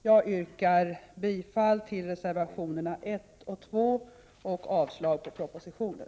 Jag yrkar bifall till reservationerna 1 och 2 samt avslag på förslaget i propositionen.